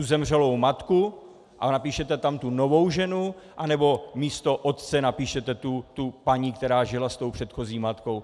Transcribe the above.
Zemřelou matku a napíšete tam tu novou ženu, anebo místo otce napíšete paní, která žila s předchozí matkou?